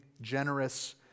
generous